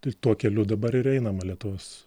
tai tuo keliu dabar ir einama lietuvos